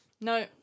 No